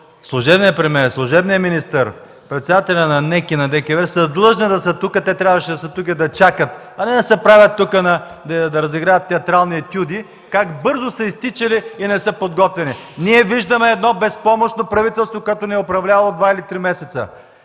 служебният премиер, служебният министър, председателят на НЕК и на ДКЕВР са длъжни да са тук. Те трябваше да са тук и да чакат, а не да разиграват тук театрални етюди как бързо са изтичали и не са подготвени. Ние виждаме едно безпомощно правителство, което ни е управлявало два или три месеца.